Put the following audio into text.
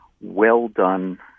well-done